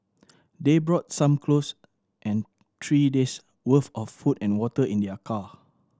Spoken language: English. they brought some clothes and three days worth of food and water in their car